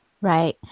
right